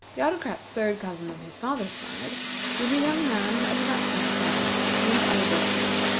the autocrat's third cousin on his father's side was a young man of about twenty-five, named alberdin.